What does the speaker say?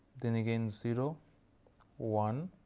then again zero one